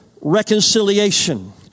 reconciliation